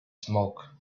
smoke